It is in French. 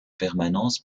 permanence